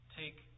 take